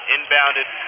Inbounded